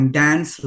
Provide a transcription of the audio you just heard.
dance